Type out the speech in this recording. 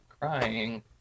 crying